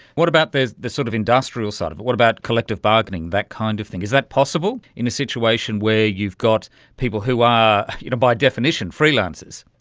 what about the the sort of industrial side of it, what about collective bargaining, that kind of thing, is that possible in a situation where you've got people who are you know by definition freelancers?